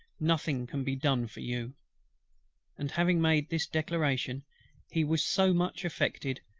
nothing can be done for you and having made this declaration he was so much affected,